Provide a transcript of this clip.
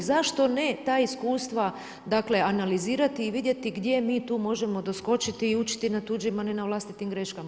Zašto ne ta iskustva, dakle analizirati i vidjeti gdje mi tu možemo doskočiti i učiti na tuđim, a ne na vlastitim greškama.